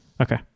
Okay